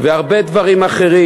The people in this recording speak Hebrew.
והרבה דברים אחרים.